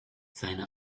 seine